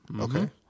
okay